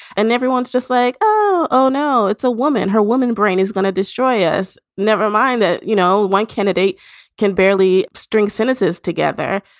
and everyone's just like, oh, no, it's a woman. her woman brain is going to destroy ah us. never mind that. you know, one candidate can barely string sentences together,